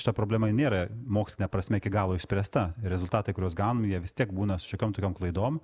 šita problema nėra moksline prasme iki galo išspręsta rezultatai kuriuos gavom jie vis tiek būna šiokiom tokiom klaidom